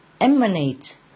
emanate